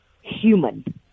human